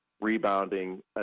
rebounding